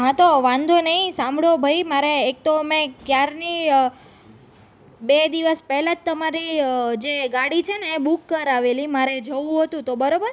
હા તો વાંધો નહીં સાંભળો ભાઈ મારે એક તો મેં ક્યારની બે દિવસ પહેલાં જ તમારી જે ગાડી છે ને એ બુક કરાવેલી મારે જવું હતું તો બરાબર